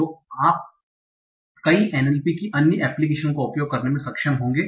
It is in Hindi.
तो और आप कई NLP की अन्य एप्लीकेशनस का उपयोग करने में सक्षम होंगे